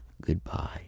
Goodbye